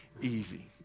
easy